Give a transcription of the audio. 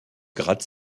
gratte